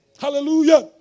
Hallelujah